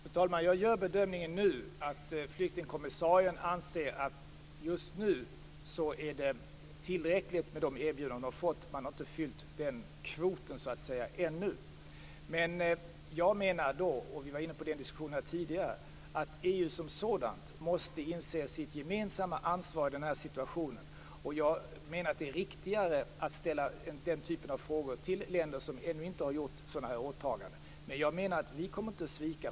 Fru talman! Jag gör bedömningen att flyktingkommissarien anser att det just nu är tillräckligt med de erbjudanden som hon har fått. Man har ännu inte så att säga fyllt den kvoten. Jag menar - vi var inne på den diskussionen tidigare - att EU som sådant måste inse sitt gemensamma ansvar i den här situationen. Det är riktigare att ställa den typen av frågor till länder som ännu inte har gjort sådana här åtaganden. Vi kommer inte att svika.